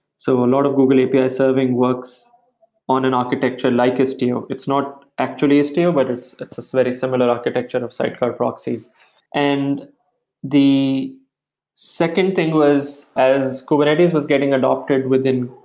so a lot of google api serving works on an architecture like istio. it's not actually still, but it's it's a very similar architecture of sidecar proxies and the second thing was as kubernetes was getting adopted within